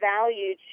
value